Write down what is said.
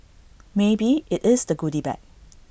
maybe IT is the goody bag